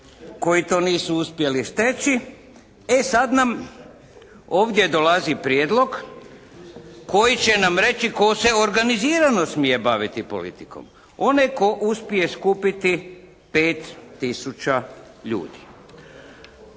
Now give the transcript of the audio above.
koji to nisu uspjeli steći. E sada nam ovdje dolazi prijedlog koji će nam reći tko se organizirano smije baviti politikom. Onaj tko uspije skupiti 5 tisuća ljudi.